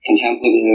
contemplative